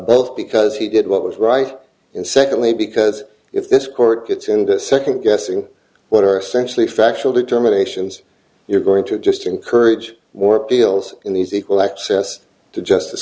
both because he did what was right and secondly because if this court gets into second guessing what are essentially factual determinations you're going to just encourage more peals in these equal access to justice